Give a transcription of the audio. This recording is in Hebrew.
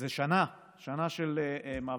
זה שנה, שנה של מאבק.